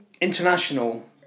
international